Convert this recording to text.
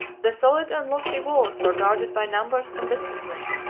the solid and lofty walls were guarded by numbers and discipline